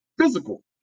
physical